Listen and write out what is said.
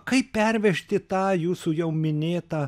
kaip pervežti tą jūsų jau minėtą